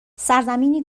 سرزمینی